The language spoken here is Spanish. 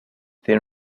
tiene